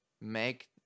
make